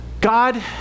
God